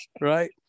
right